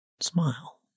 Smile